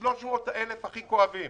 אלה 300,000 הכי כואבים,